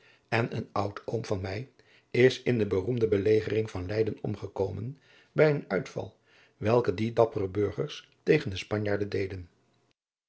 en een oudoom van mij is in de beroemde belegering van leyden omgekomen bij een uitval welken die dappere burgers tegen de spanjaarden deden